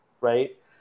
right